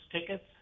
tickets